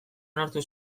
onartu